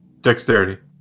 Dexterity